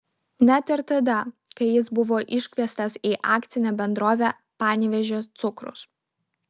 net ir tada kai jis buvo iškviestas į akcinę bendrovę panevėžio cukrus